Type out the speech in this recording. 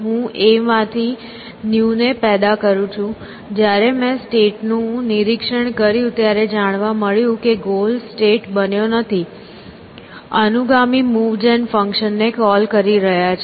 હું A માંથી new ને પેદા કરું છું જ્યારે મેં સ્ટેટ નું નિરીક્ષણ કર્યું ત્યારે જાણવા મળ્યું છે કે ગોલ સ્ટેટ બન્યો નથી અનુગામી મૂવ જેન ફંક્શન ને કોલ કરી રહ્યા છે